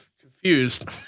confused